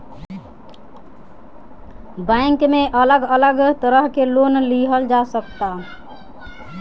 bank में अलग अलग तरह के लोन लिहल जा सकता